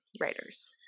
writers